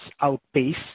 outpace